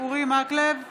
אינו נוכח אבתיסאם